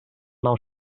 nou